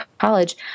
College